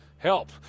Help